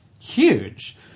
huge